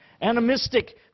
animistic